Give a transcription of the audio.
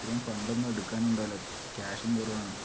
ഇത്രയും ഫണ്ട് ഒന്നും എടുക്കാൻ ഉണ്ടാകില്ല ക്യാഷും കുറവാണ്